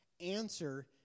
answer